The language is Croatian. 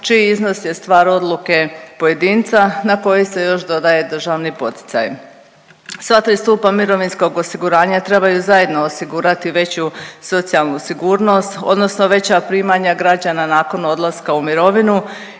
čiji iznos je stvar odluke pojedinca na koji se još dodaje državni poticaj. Sva tri stupa mirovinskog osiguranja trebaju zajedno osigurati veću socijalnu sigurnost odnosno veća primanja građana nakon odlaska u mirovinu